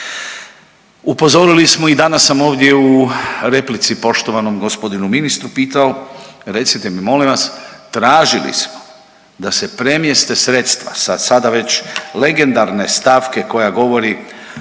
Upozorili smo i danas sam ovdje u replici poštovanom gospodinu ministru pitao recite mi molim vas tražili smo da se premjeste sredstva sa sada već legendarne stavke koja govori